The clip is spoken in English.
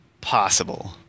possible